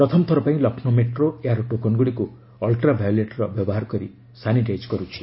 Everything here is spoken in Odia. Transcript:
ପ୍ରଥମଥର ପାଇଁ ଲକ୍ଷ୍ନୌ ମେଟ୍ରୋ ଏହାର ଟୋକନଗୁଡ଼ିକୁ ଅଲ୍ଟ୍ରା ଭାୟୋଲେଟ୍ ର ବ୍ୟବହାର କରି ସାନିଟାଇଜ୍ କରୁଛି